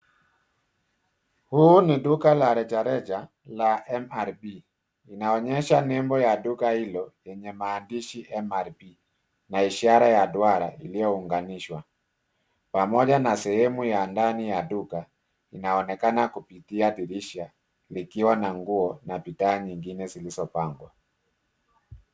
Huu ni duka la rejareja la mrp.Linaonyesha nebo ya duka hilo, yenye maandishi mrp na ishara ya duara iliyounganishwa. Pamoja na sehemu ya ndani ya duka, linaonekana kupitia dirisha likiwa na nguo na bidhaa nyingine zilizopangwa.